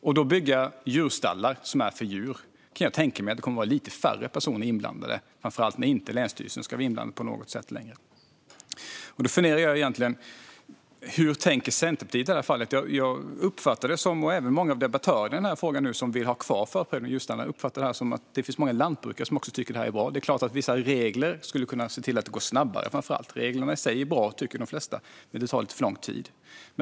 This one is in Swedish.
När man bygger djurstallar, som är avsedda för djur, kan jag tänka mig att det kommer att vara lite färre personer inblandade, särskilt om inte länsstyrelsen ska vara inblandad på något sätt längre. Men hur tänker Centerpartiet i det fallet? Både jag och många andra debattörer som vill ha kvar förprövningen uppfattar det som att det finns många lantbrukare som tycker att detta är bra, även om man vill att det ska gå snabbare. Reglerna i sig är bra, tycker de flesta, men det tar för lång tid.